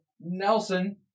Nelson